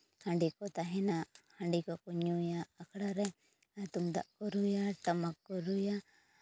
ᱦᱟᱺᱰᱤ ᱠᱚ ᱛᱟᱦᱮᱱᱟ ᱦᱟᱺᱰᱤ ᱠᱚᱠᱚ ᱧᱩᱭᱟ ᱟᱠᱷᱲᱟ ᱨᱮ ᱛᱩᱢᱫᱟᱜ ᱠᱚ ᱨᱩᱭᱟ ᱴᱟᱢᱟᱠ ᱠᱚ ᱨᱩᱭᱟ